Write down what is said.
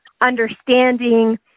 understanding